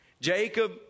Jacob